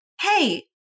hey